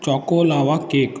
choco lava cake